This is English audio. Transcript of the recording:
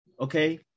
Okay